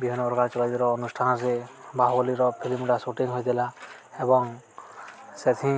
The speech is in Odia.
ବିଭିନ୍ନ ପ୍ରକାର ଚଳଚ୍ଚିତ୍ର ଅନୁଷ୍ଠାନରେ ବାହୁବଲିର ଫିଲ୍ମଟା ସୁଟିଂ ହୋଇଥିଲା ଏବଂ ସେଠି